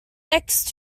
next